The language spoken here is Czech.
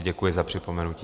Děkuji za připomenutí.